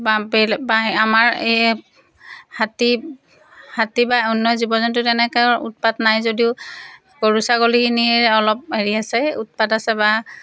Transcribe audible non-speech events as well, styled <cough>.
বা বেলেগ বা আমাৰ এই হাতী হাতী বা অন্য জীৱ জন্তুৰ তেনেকৈ <unintelligible> উৎপাত নাই যদিও গৰু ছাগলী এনেই অলপ হেৰি আছে উৎপাত আছে বা